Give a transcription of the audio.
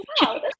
wow